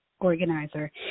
Organizer